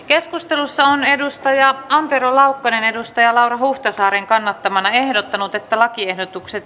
keskustelussa on antero laukkanen laura huhtasaaren kannattamana ehdottanut että lakiehdotukset